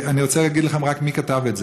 אני רוצה להגיד לכם רק מי כתב את זה: